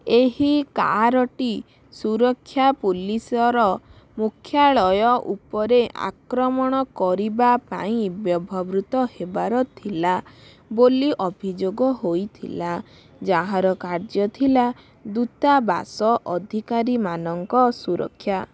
ଏହି କାରଟି ସୁରକ୍ଷା ପୋଲିସର ମୁଖ୍ୟାଳୟ ଉପରେ ଆକ୍ରମଣ କରିବା ପାଇଁ ବ୍ୟବହୃତ ହେବାର ଥିଲା ବୋଲି ଅଭିଯୋଗ ହୋଇଥିଲା ଯାହାର କାର୍ଯ୍ୟ ଥିଲା ଦୂତାବାସ ଅଧିକାରୀମାନଙ୍କ ସୁରକ୍ଷା